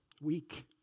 weak